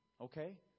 Okay